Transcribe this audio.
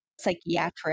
psychiatric